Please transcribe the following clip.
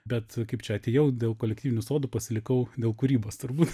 bet kaip čia atėjau dėl kolektyvinių sodų pasilikau dėl kūrybos turbūt